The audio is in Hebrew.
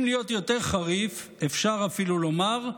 אם להיות יותר חריף, אפשר אפילו לומר: